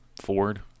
ford